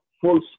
full